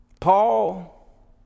paul